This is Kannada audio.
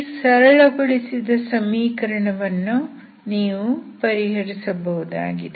ಈ ಸರಳಗೊಳಿಸಿದ ಸಮೀಕರಣವನ್ನು ನೀವು ಪರಿಹರಿಸಬಹುದಾಗಿದೆ